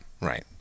Right